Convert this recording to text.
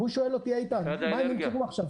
והוא שואל אותי: איתן, מה הם ימכרו עכשיו?